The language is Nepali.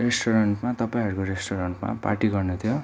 रेस्टुरेन्टमा तपाईँहरूको रेस्टुरेन्टमा पार्टी गर्नु थियो